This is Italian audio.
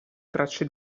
tracce